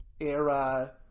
era